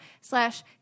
slash